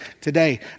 today